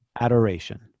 Adoration